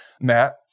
Matt